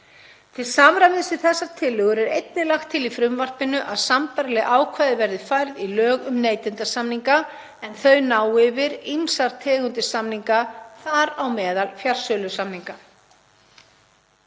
Til samræmis við þessar tillögur er einnig lagt til í frumvarpinu að sambærileg ákvæði verði færð í lög um neytendasamninga en þau ná yfir ýmsar tegundir samninga, þar á meðal fjarsölusamninga.